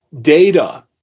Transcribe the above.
data